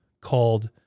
called